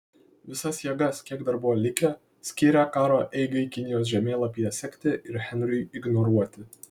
visas jėgas kiek dar buvo likę skyrė karo eigai kinijos žemėlapyje sekti ir henriui ignoruoti